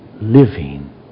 living